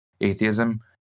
atheism